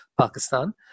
Pakistan